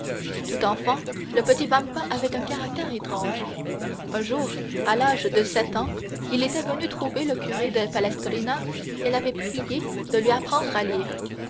tout enfant le petit vampa avait un caractère étrange un jour à l'âge de sept ans il était venu trouver le curé de palestrina et l'avait prié de lui apprendre à lire